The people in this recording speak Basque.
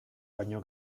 baino